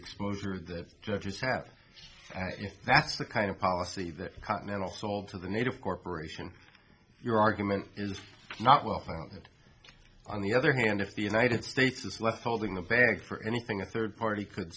exposure of the judges have that's the kind of policy that continental sold to the native corporation your argument is not well founded on the other hand if the united states is left holding the bag for anything a third party could